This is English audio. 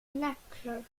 naturally